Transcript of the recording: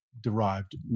derived